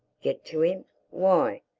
get to him why,